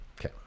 Okay